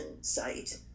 site